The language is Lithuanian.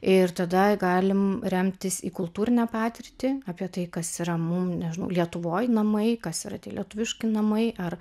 ir tada galim remtis į kultūrinę patirtį apie tai kas yra mum nežinau lietuvoj namai kas yra tie lietuviški namai ar